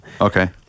Okay